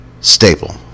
staple